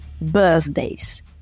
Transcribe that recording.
birthdays